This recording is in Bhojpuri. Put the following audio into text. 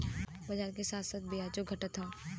बाजार के साथ साथ बियाजो घटत हौ